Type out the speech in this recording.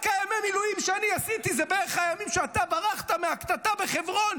רק ימי המילואים שאני עשיתי זה בערך הימים שאתה ברחת מהקטטה בחברון,